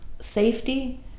safety